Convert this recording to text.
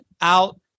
out